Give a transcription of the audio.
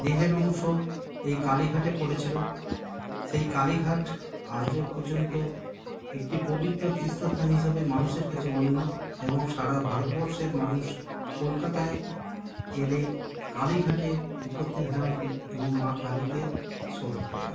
দেহের অংশ এই কালীঘাটে পড়েছিলো সেই কালীঘাট আজও পর্যন্ত একটি পবিত্র তীর্থ স্থান হিসেবে মানুষের কাছে গণ্য এবং সারা ভারতবর্ষের মানুষ কলকাতায় এলে কালীঘাটে উপস্থিত হন এবং মা কালীকে স্মরণ করেন